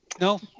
No